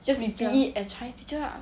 just be P_E and chinese teacher lah